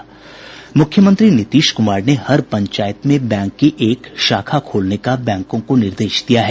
मूख्यमंत्री नीतीश कृमार ने हर पंचायत में बैंक की एक शाखा खोलने का बैंकों को निर्देश दिया है